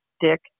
Dick